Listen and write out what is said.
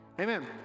amen